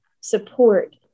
support